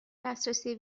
دسترسی